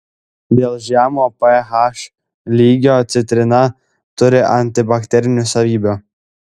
dėl žemo ph lygio citrina turi antibakterinių savybių